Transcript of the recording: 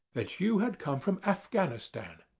that you had come from afghanistan.